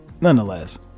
Nonetheless